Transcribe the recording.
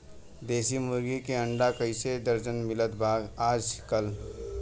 देशी मुर्गी के अंडा कइसे दर्जन मिलत बा आज कल?